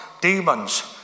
demons